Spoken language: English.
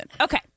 Okay